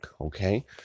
Okay